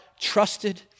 trusted